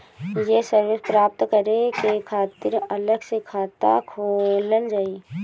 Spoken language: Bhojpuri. ये सर्विस प्राप्त करे के खातिर अलग से खाता खोलल जाइ?